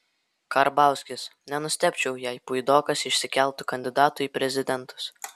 karbauskis nenustebčiau jei puidokas išsikeltų kandidatu į prezidentus